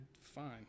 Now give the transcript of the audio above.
fine